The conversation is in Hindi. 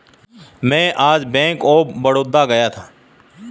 मैं आज बैंक ऑफ बड़ौदा गया था